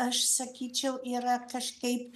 aš sakyčiau yra kažkaip